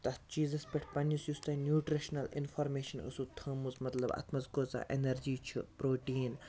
تتھ چیٖزَس پیٚٹھ پَنٕنِس یُس تۄہہِ نیٛوٗٹِرشنَل اِنفارمیشَن ٲسو تھٲمٕژ مَطلَب اَتھ مَنٛز کٲژاہ ایٚنَرجی چھِ پرٛوٹیٖن